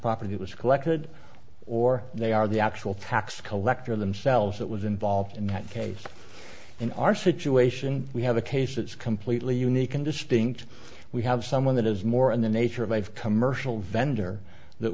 property was collected or they are the actual tax collector themselves that was involved in that case in our situation we have a case that's completely unique and distinct we have someone that is more in the nature of a commercial vendor that